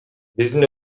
биздин